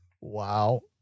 wow